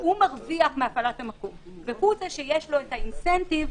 הוא מרוויח מהפעלת המקום ויש לו האינסנטיב,